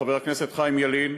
חבר הכנסת חיים ילין,